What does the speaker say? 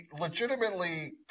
legitimately